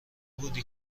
بودی